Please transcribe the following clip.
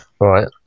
Right